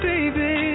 Baby